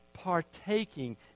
Partaking